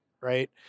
right